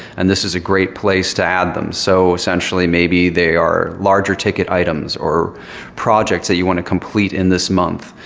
and this is a great place to add them. so, essentially, maybe they are larger-ticket items, or projects that you want to complete in this month.